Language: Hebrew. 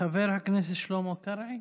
חבר הכנסת שלמה קרעי,